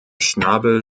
schnabel